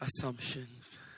assumptions